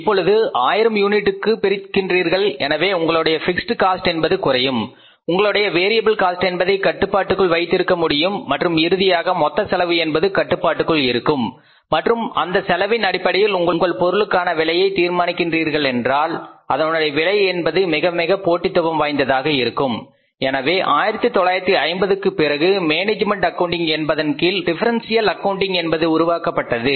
இப்பொழுது 1000 யூனிட்டுகளுக்கு பிரிக்கின்றீர்கள் எனவே உங்களுடைய பிக்ஸட் காஸ்ட் என்பது குறையும் உங்களுடைய வேறியபிள் காஸ்ட் என்பதை கட்டுப்பாட்டுக்குள் வைத்திருக்க முடியும் மற்றும் இறுதியாக மொத்த செலவு என்பது கட்டுப்பாட்டுக்குள் இருக்கும் மற்றும் அந்த செலவின் அடிப்படையில் உங்கள் பொருளுக்கான விலையை தீர்மானிக்கின்றீர்களென்றாள் அதனுடைய விலை என்பது மிகமிக போட்டிதுவம் வாய்ந்ததாக இருக்கும் எனவே 1950களுக்குப் பிறகு மேனேஜ்மென்ட் அக்கவுண்டிங் என்பதன் கீழ் டிஃபரெண்சியல் அக்கவுண்டிங் என்பது உருவாக்கப்பட்டது